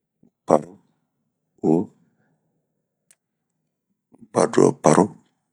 do, paro uwo, baduwoparo